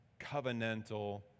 covenantal